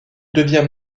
devient